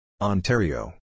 Ontario